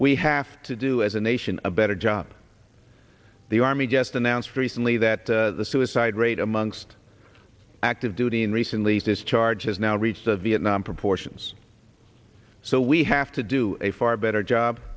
we have to do as a nation a better job the army just announced recently that the suicide rate amongst active duty and recently discharged has now reached vietnam proportions so we have to do a far better job